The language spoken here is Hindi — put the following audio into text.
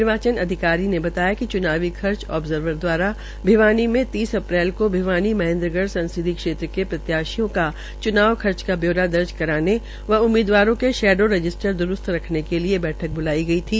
निर्वाचन अधिकारी ने बताया कि च्नावी खर्च ओर्बर्जवर द्वारा भिवानी मे तीस अप्रैल को भिवानी महेन्द्रगढ़ संसदीय के प्रत्याशियों का चूनाव खर्च का ब्योरा दर्ज करने व उम्मीदवारों के शैडो रजिस्टर द्रूस्त रखने के लिये बैठक बुलाई थी